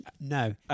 No